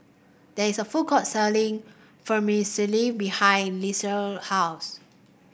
there is a food court selling Vermicelli behind house